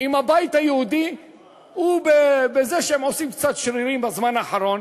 עם הבית היהודי הוא בזה שהם עושים קצת שרירים בזמן האחרון